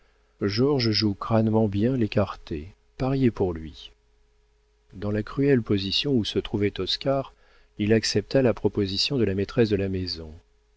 georges joue crânement bien l'écarté pariez pour lui dans la cruelle position où se trouvait oscar il accepta la proposition de la maîtresse de la maison